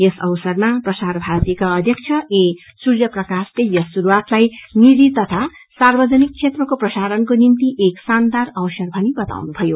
यस अवसरमा प्रसार भारतीका अध्यक्ष ए सूर्यप्रकाशले यस शुरूवातलाई निजी तथा सार्वजनिक क्षेत्रको प्रसारणको निम्ति एशिशनदार अवसर भनी बताउनुभयो